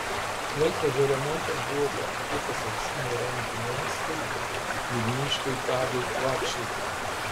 laikrodžio remontas buvo patikėtas auksinių rankų meistrui vilniškiui tadui kvakšiui